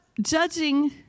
judging